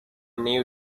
new